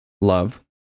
love